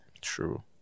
true